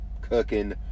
cooking